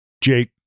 Jake